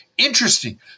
Interesting